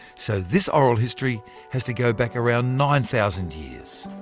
so this oral history has to go back around nine thousand years.